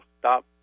stop